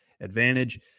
Advantage